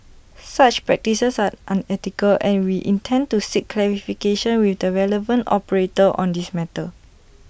such practices are unethical and we intend to seek clarification with the relevant operator on this matter